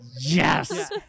Yes